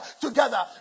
together